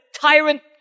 tyrant